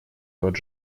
тот